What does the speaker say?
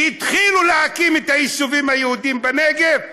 כשהתחילו להקים את היישובים היהודיים בנגב,